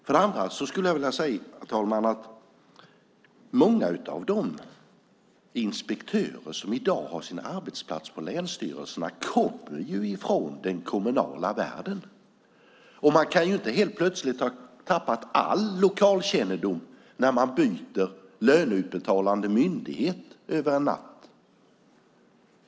Dessutom skulle jag vilja säga, herr talman, att många av de inspektörer som i dag har sin arbetsplats på länsstyrelserna ju kommer från den kommunala världen. De kan inte helt plötsligt ha tappat all lokalkännedom när de över en natt byter löneutbetalande myndighet.